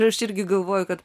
aš irgi galvoju kad